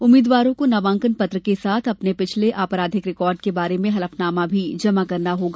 उम्मीदवारों को नामांकन पत्र के साथ अपने पिछले आपराधिक रिकार्ड के बारे में हलफनामा भी जमा करना होगा